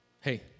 hey